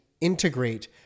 integrate